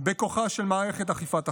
בכוחה של מערכת אכיפת החוק.